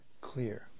clear